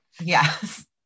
Yes